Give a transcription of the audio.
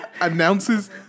announces